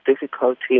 difficulty